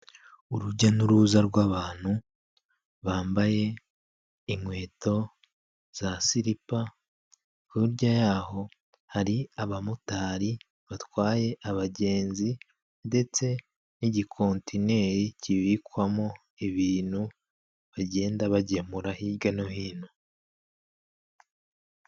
Urujya n'uruza rw'abantu bambaye inkweto za siripa, hirya y'aho hari abamotari batwaye abagenzi, ndetse n'igikontinneri kibikwamo ibintu bagenda bagemura hirya no hino.